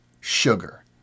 sugar